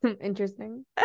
interesting